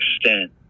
extent